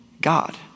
God